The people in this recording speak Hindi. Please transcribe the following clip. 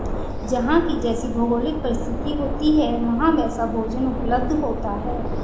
जहां की जैसी भौगोलिक परिस्थिति होती है वहां वैसा भोजन उपलब्ध होता है